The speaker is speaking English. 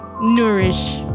Nourish